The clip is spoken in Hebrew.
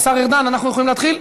השר ארדן, אנחנו יכולים להתחיל?